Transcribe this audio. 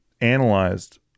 analyzed